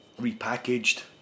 repackaged